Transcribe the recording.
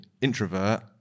introvert